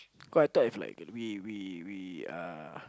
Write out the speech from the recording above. cause I thought if like we we we uh